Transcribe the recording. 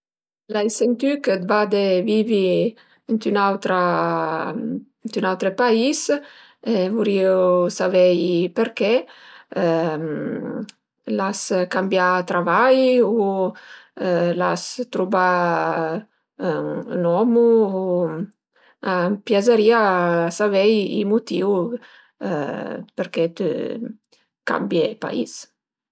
L'ai sentü chë vade vivi ënt ün'autra ënt ün autre pais, vurìu savei perché. L'as cambià travai u l'as truvà ün omu, a m'piazarìa savei i mutìu perché t'cambia pais